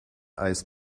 eis